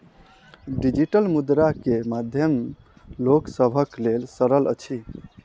digital मुद्रा के माध्यम लोक सभक लेल सरल अछि